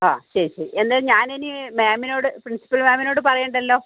ഓ ശരി ശരി എന്നാൽ ഞാനിനി മാമിനോട് പ്രിൻസിപ്പൽ മാമിനോട് പറയേണ്ടല്ലോ